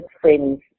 friends